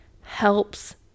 helps